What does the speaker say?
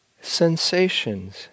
sensations